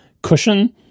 cushion